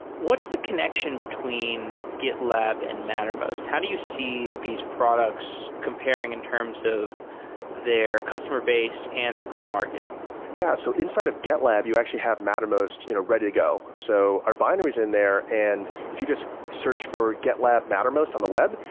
what's the connection between gitlab and mattermost? how do you see these products comparing in terms of their customer-base and their go-to-market? yeah. so inside of gitlab, you actually have mattermost you know ready to go. so our binary is in there and if you just search for gitlab mattermost on the web,